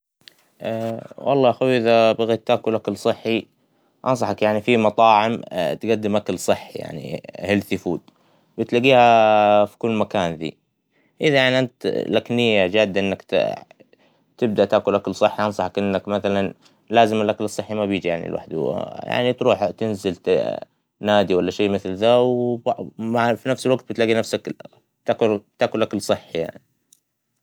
والله أخوى إذا بغيت تاكل أكل صحى ، أنصحك يعنى فى مطاعم تقدم أكل صحى يعنى هيلسى فود ، بتلاقيها فى كل مكان زى إذ يعنى أنت لك نيه جادة إنت ت- تبدأ تاكل أكل صحى أنصحك إنك مثلاً لآزم الأكل الصحى ما بيجى يعنى لوحده ، يعنى تروح تنزل ت- نادى ولا شى مثل ذا و با- ونفس الوقت تلاقى نفسك تاكل تاكل أكل صحى يعنى.